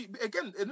again